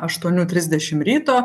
aštuonių trisdešim ryto